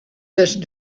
listen